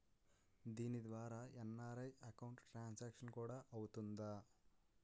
దీని ద్వారా NRI account transaction కూడా అవుతుందా?